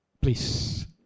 Please